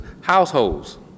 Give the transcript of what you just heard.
households